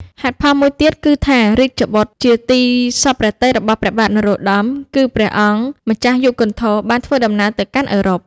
ហេតុផលមួយទៀតគឺថា រាជបុត្រជាទីសព្វព្រះទ័យរបស់ព្រះបាទនរោត្តម គឺព្រះអង្គម្ចាស់យុគន្ធរ បានធ្វើដំណើរទៅកាន់អឺរ៉ុប។